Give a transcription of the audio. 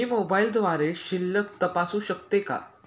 मी मोबाइलद्वारे शिल्लक तपासू शकते का?